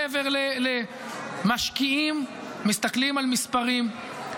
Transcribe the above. משקיעים מסתכלים על מספרים,